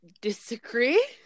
disagree